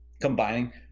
Combining